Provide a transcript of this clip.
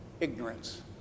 ignorance